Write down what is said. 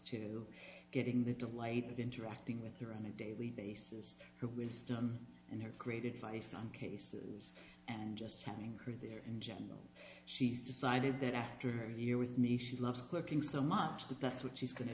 to getting the delight of interacting with your on a daily basis her wisdom and her great advice on cases and just having her there in general she's decided that after her year with me she loves cooking so much that that's what she's going to